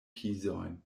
pizojn